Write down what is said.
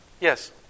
Yes